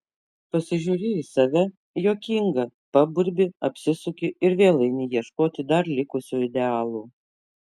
pasižiūri į save juokinga paburbi apsisuki ir vėl eini ieškoti dar likusių idealų